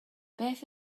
beth